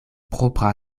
propra